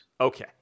Okay